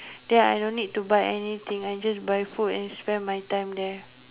then I don't need to buy anything I just buy food and spend my time there